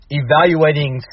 evaluating